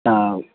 तऽ